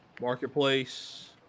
marketplace